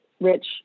rich